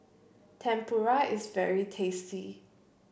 Tempura is very tasty